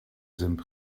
sind